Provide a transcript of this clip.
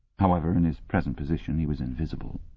however, in his present position he was invisible.